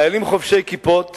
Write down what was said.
"חיילים חובשי כיפות